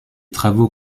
travaux